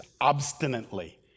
obstinately